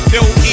no